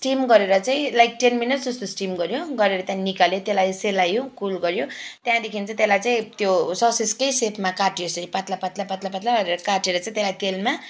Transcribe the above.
steam गरेर चाहिँ like ten minute जस्टो स्टिम गऱ्यो गरेर त्यहाँदेखिन् निकाल्यो त्यसलाई सेलायो कुल गऱ्यो त्यहाँदेखिन् चाहिँ त्यसलाई चाहिँ त्यो ससेजकै सेपमा काट्यो यसरी पातला पातला पातला पातला काटेर चाहिँ तेलमा